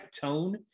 tone